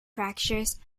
fractures